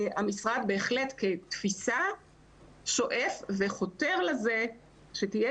המשרד בהחלט כתפיסה שואף וחותר לזה שתהיה